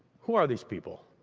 who are these people?